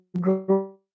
grow